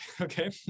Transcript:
Okay